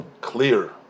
clear